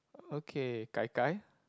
okay Gai Gai